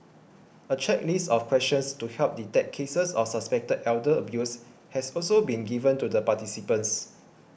a checklist of questions to help detect cases of suspected elder abuse has also been given to the participants